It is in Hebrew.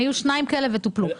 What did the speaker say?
היו שניים כאלה וטופלו,